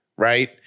right